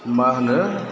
मा होनो